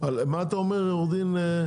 מה אתה אומר עו"ד?